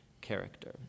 character